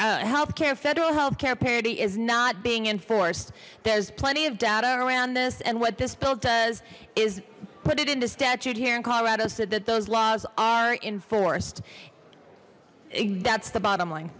enforces health care federal healthcare parity is not being enforced there's plenty of data around this and what this bill does is put it into statute here in colorado said that those laws are enforced that's the bottom line